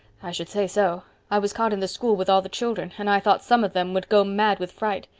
i should say so. i was caught in the school with all the children and i thought some of them would go mad with fright.